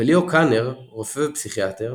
וליאו קאנר רופא ופסיכיאטר